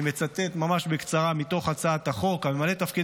אני מצטט ממש בקצרה מתוך הצעת החוק: "הממלא תפקיד